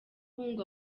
ngo